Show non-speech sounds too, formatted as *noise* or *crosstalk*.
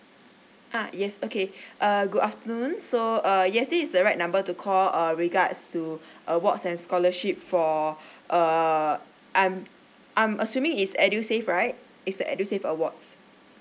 ah yes okay *breath* uh good afternoon so uh yes this is the right number to call err regards to awards and scholarship for *breath* uh I'm I'm assuming it's edusave right it's the edusave awards